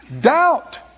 Doubt